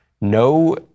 no